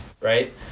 right